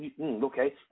okay